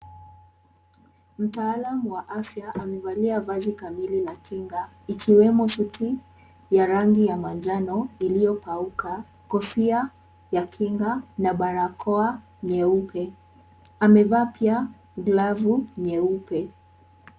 Mtaalamu wa afya amevalimavazi kamilinya kinga ikiwemo suti ya rangi ya manjano iliyopauka, kofia ya kinga na barakoa nyeupe. Amevaa pia glavu nyeupe.